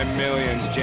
millions